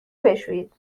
بشویید